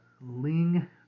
Ling